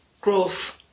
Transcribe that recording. growth